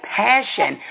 passion